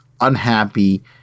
unhappy